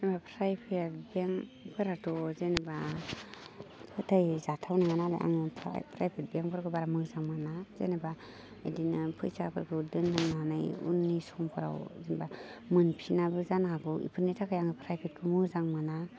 ओह फ्राइफेट बेंकफोराथ' जेन'बा फोथाय जाथाव नङा नालाय आङो फ्राइ फ्राइभेट बेंकफोरखौ बारा मोजां मोना जेन'बा इदिनो फैसाफोरखौ दोननाय मानाय उननि समफोराव जेनबा मोनफिनाबो जानो हागौ बेफोरनि थाखाय आङो फ्राइभेटखौ मोजां मोना